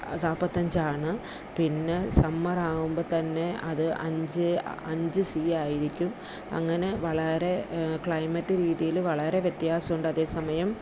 നാൽപ്പത്തി അഞ്ച് ആണ് പിന്നെ സമ്മറാകുമ്പോൾ തന്നെ അത് അഞ്ച് അഞ്ച് സി ആയിരിക്കും അങ്ങനെ വളരെ ക്ലൈമറ്റ് രീതിയിൽ വളരെ വ്യത്യാസം ഉണ്ട് അതേ സമയം